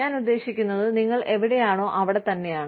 ഞാൻ ഉദ്ദേശിക്കുന്നത് നിങ്ങൾ എവിടെയാണോ അവിടെ തന്നെയാണ്